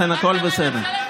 הכול בסדר.